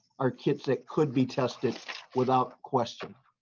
our kids that could be tested without question.